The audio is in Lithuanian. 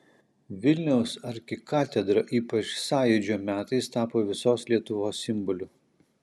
vilniaus arkikatedra ypač sąjūdžio metais tapo visos lietuvos simboliu